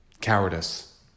cowardice